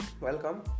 Welcome